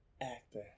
actor